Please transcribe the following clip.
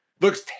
looks